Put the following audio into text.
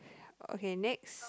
okay next